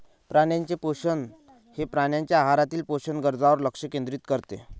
प्राण्यांचे पोषण हे प्राण्यांच्या आहारातील पोषक गरजांवर लक्ष केंद्रित करते